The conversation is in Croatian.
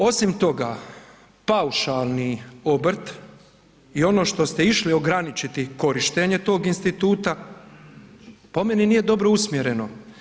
Osim toga, paušalni obrt i ono što ste išli ograničiti korištenje tog instituta po meni nije dobro usmjereno.